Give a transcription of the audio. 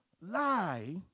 lie